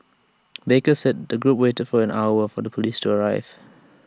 baker said the group waited for an hour for the Police to arrive